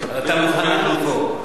אז אתה מוכן להחליפו.